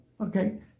Okay